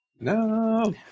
No